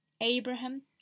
Abraham